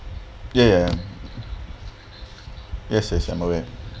ya ya ya yes yes I'm alright